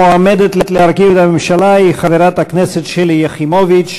המועמדת להרכיב הממשלה היא חברת הכנסת שלי יחימוביץ.